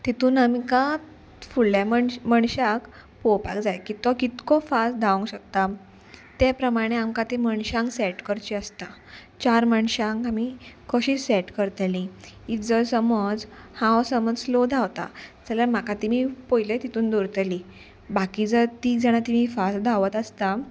तितून आमकां फुडल्या मनश मनशाक पोवपाक जाय की तो कितको फास्ट धांवंक शकता ते प्रमाणे आमकां ती मनशांक सेट करची आसता चार मनशांक आमी कशी सेट करतली की जर समज हांव समज स्लो धांवता जाल्यार म्हाका तिणी पयले तितून दवरतली बाकी जर ती जाणां फास्ट धांवत आसता